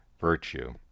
virtue